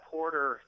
Porter